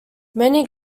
many